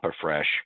Fresh